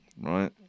right